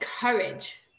courage